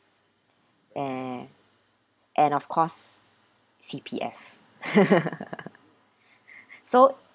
eh and of course C_P_F so